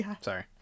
Sorry